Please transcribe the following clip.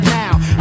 now